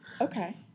Okay